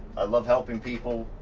i love helping people,